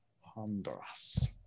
Honduras